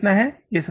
और यह कितना है